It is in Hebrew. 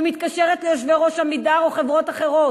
ומתקשרת ליושב-ראש "עמידר" או לחברות אחרות.